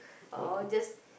or just